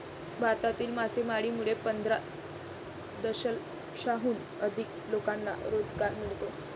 भारतातील मासेमारीमुळे पंधरा दशलक्षाहून अधिक लोकांना रोजगार मिळतो